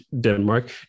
Denmark